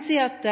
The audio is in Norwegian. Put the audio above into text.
si at